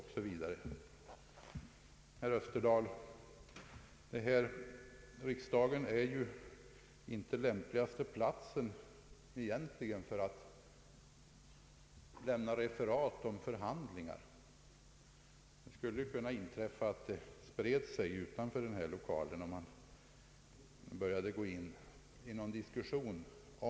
Herr Österdahl, riksdagen är inte den lämpligaste platsen att lämna referat om förhandlingar. Det skulle kunna inträffa att det spred sig utanför dessa lokaler.